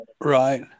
Right